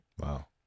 wow